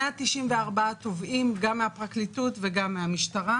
194 תובעים, גם מהפרקליטות וגם מהמשטרה.